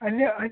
ಅಲ್ಲೇ ಅಯ್